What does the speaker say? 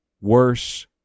worse